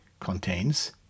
contains